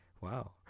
wow